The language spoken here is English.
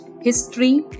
history